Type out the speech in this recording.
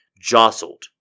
jostled